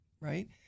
Right